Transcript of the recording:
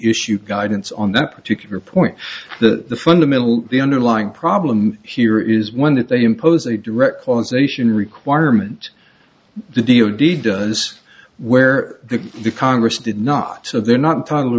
reissue guidance on that particular point the fundamental underlying problem here is one that they impose a direct causation requirement the d o d does where the congress did not so they're not totally